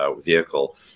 vehicle